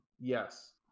Yes